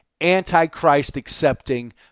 anti-Christ-accepting